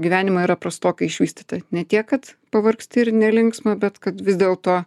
gyvenimo yra prastokai išvystyta ne tiek kad pavargsti ir nelinksma bet kad vis dėlto